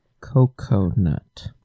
coconut